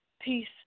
peace